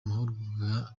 mahugurwa